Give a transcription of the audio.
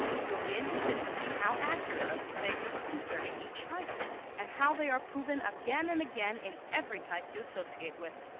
you will be interested to see how accurate are the statements concerning each type and how they are proven again and again in every type you associate with.